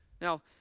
Now